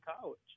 college